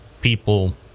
people